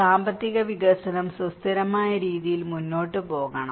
സാമ്പത്തിക വികസനം സുസ്ഥിരമായ രീതിയിൽ മുന്നോട്ട് പോകണം